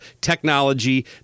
technology